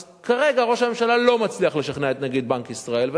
אז כרגע ראש הממשלה לא מצליח לשכנע את נגיד בנק ישראל,